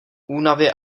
únavy